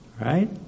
Right